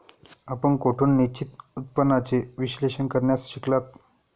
आपण कोठून निश्चित उत्पन्नाचे विश्लेषण करण्यास शिकलात?